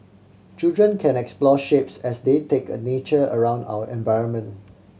children can explore shapes as they take a nature around our environment